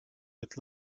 with